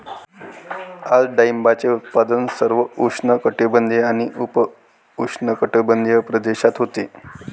आज डाळिंबाचे उत्पादन सर्व उष्णकटिबंधीय आणि उपउष्णकटिबंधीय प्रदेशात होते